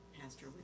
Pastor